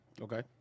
Okay